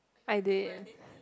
I did